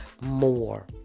more